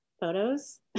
photos